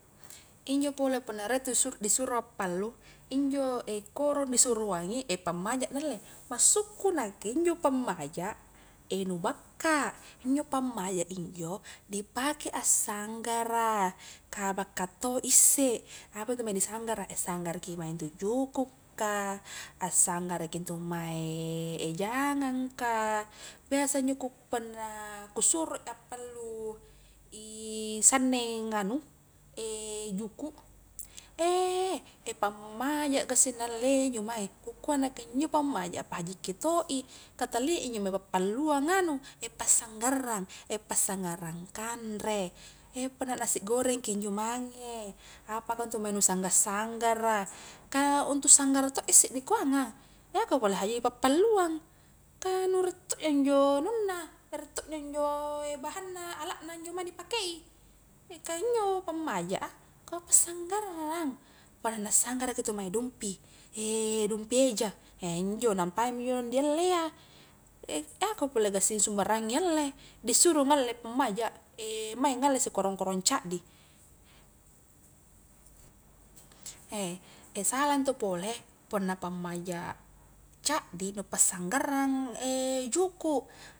Injo pole punna riek tu su-disuro appalu, injo korong di suroang i, pammaja na alle, massuku nakke injo pammaja, nu bakka, injo pammaja injo di pake a sanggara, ka bakka to isse, apa intu mae di sanggara, a sanggara ki mae intu juku' ka, a sanggara ki intu mae jangang ka, biasa injo ku punna ku suro i appalu i sanneng anu juku' pammaja gassing na allei injo mae, ku kua nakke injo pammaja a pahajikki to i ka talia injo mae pa palluang anu, pa sangngarrang, pa sanggarrang kanre, punna nasi goreng ki injo mange, apaka intu mae nu sangga, sanggara ka untuk sanggara to isse di kuangang, ako pole hajui pa' palluang ka nu riek to ja injo anunna riek tokja injo bahangna alakna injo mae di pakei, ka injo pammaja a, ka pa sanggarrang, punna na sanggara ki intu mae dumpi, dumpi eja, injo nampai mi injo naung di alle iya, ako pole gassing sumbarangi alle di suro ngalle pammaja, mae ngalle isse korong-korong caddi, sala intu pole punna pammaja caddi nu pa sanggarrang juku'.